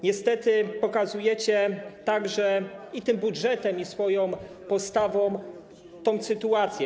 Niestety pokazujecie także i tym budżetem, i swoją postawą tę sytuację.